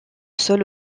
sol